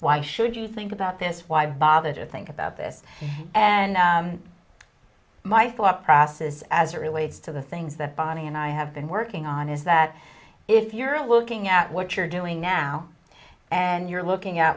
why should you think about this why bother to think about this and my thought process as it relates to the things that bonnie and i have been working on is that if you're looking at what you're doing now and you're looking at